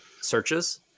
searches